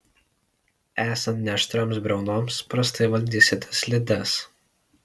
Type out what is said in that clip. esant neaštrioms briaunoms prastai valdysite slides